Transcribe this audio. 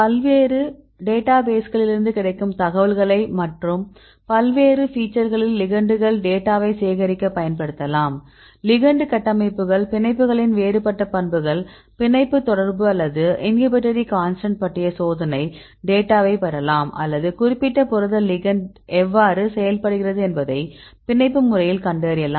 பல்வேறு டேட்டாபேஸ்களிலிருந்து கிடைக்கும் தகவல்களை பல்வேறு ஃபீச்சர்களில் லிகெண்டுகள் டேட்டாவை சேகரிக்க பயன்படுத்தலாம் லிகெண்ட் கட்டமைப்புகள் பிணைப்புகளின் வேறுபட்ட பண்புகள் பிணைப்பு தொடர்பு அல்லது இன்ஹிபிட்ரி கான்ஸ்டன்ட் பற்றிய சோதனைத் டேட்டாவை பெறலாம் அல்லது குறிப்பிட்ட புரத லிகெண்ட் எவ்வாறு செயல்படுகிறது என்பதை பிணைப்பு முறையில் கண்டறியலாம்